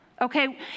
okay